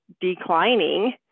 declining